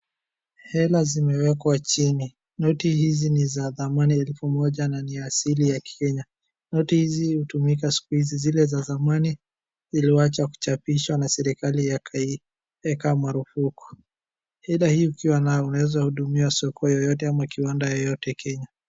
Hela zimewekwa chini, noti hizi ni za thamani ya elfu moja na ni ya asili ya Kenya, noti hizi hutumika siku hizi, zile za zamani iliwacha kuchapishwa na serikali ikaweka marufuku. Fedha hii ukiwa nayo unaweza unaweza hudumiwa soko yoyote ama kiwanda yoyote ya Kenya.